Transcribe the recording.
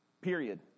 Period